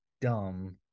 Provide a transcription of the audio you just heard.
dumb